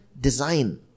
design